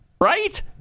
Right